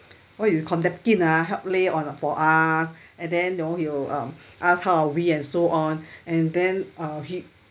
what is napkin lah help lay on the for us and then know he'll um ask how are we and so on and then uh he